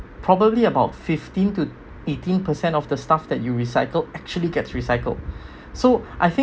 probably about fifteen to eighteen percent of the stuff that you recycled actually gets recycled so I think